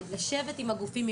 אז לשבת עם הגופים,